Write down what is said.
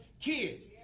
kids